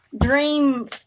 dream